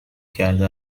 کرده